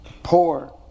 Poor